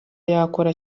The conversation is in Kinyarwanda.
yakora